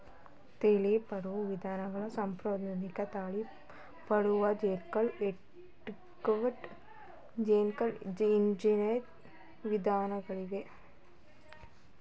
ತಳಿ ಮಾರ್ಪಾಡು ವಿಧಾನದಲ್ಲಿ ಸಾಂಪ್ರದಾಯಿಕ ತಳಿ ಮಾರ್ಪಾಡು, ಜೀನೋಮ್ ಎಡಿಟಿಂಗ್, ಜೆನಿಟಿಕ್ ಎಂಜಿನಿಯರಿಂಗ್ ವಿಧಾನಗಳಿವೆ